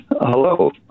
Hello